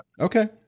Okay